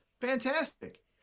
Fantastic